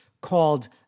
called